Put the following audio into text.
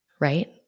Right